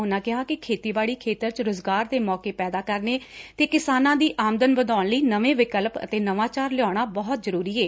ਉਨਾਂ ਕਿਹਾ ਕਿ ਖੇਤੀਬਾਤੀ ਖੇਤਰ 'ਚ ਰੁਜ਼ਗਾਰ ਦੇ ਮੌਕੇ ਪੈਦਾ ਕਰਨੇ ਤੇ ਕਿਸਾਨਾਂ ਦੀ ਆਮਦਨ ਵਧਾਉਣ ਲਈ ਨਵੇ ਵਿਕਲਪ ਅਤੇ ਨਵਾਚਾਰ ਲਿਆਉਣਾ ਬਹੁਤ ਜਰੁਰੀ ਹੈ